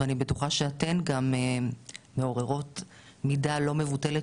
ואני בטוחה שאתן גם מעוררות מידה לא מבוטלת